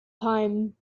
time